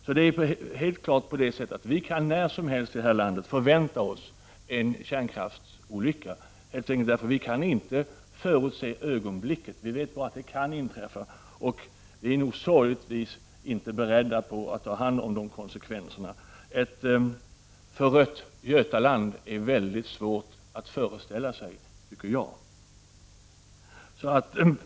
Vi kan alltså när som helst förvänta oss en kärnkraftsolycka här i landet — helt enkelt därför att vi inte kan förutse ögonblicket. Vi vet bara att det kan inträffa. Sorgligtvis nog är vi inte beredda att ta hand om konsekvenserna. Ett förött Götaland är väldigt svårt att föreställa sig, tycker jag.